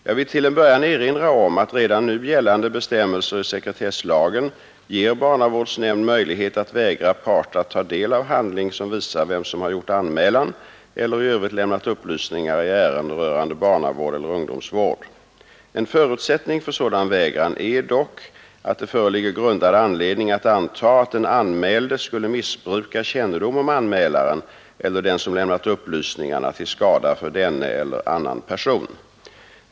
Jag vill till en början erinra om att redan nu gällande bestämmelser i sekretesslagen ger barnavårdsnämnd möjlighet att vägra part att ta del av handling som visar vem som har gjort anmälan eller i övrigt lämnat upplysningar i ärende rörande barnavård eller ungdomsvård. En förutsättning för sådan vägran är dock att det föreligger grundad anledning att anta att den anmälde skulle missbruka kännedom om anmälaren eller den som lämnat upplysningarna till skada för denne eller annan person.